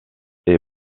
est